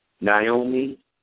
Naomi